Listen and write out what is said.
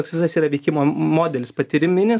toks visas yra veikimo modelis patyriminis